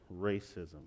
racism